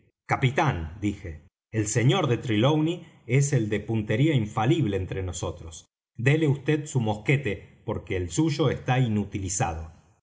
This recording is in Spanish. capitán dije el sr de trelawney es el de puntería infalible entre nosotros déle vd su mosquete porque el suyo está inutilizado